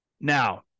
Now